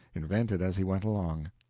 invented as he went along.